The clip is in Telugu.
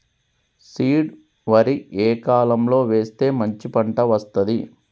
సీడ్ వరి ఏ కాలం లో వేస్తే మంచి పంట వస్తది?